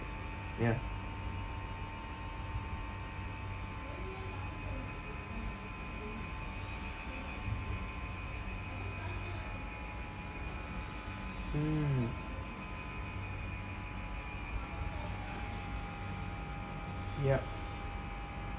ya mm yup